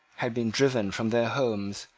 had been driven from their homes,